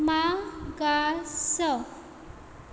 मागास